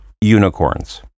unicorns